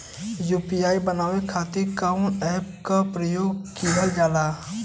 UPI खातीर कवन ऐपके प्रयोग कइलजाला?